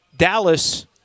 Dallas